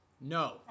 No